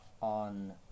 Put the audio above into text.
On